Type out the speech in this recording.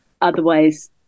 otherwise